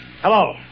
Hello